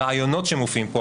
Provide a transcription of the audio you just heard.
הרעיונות שמופיעים פה,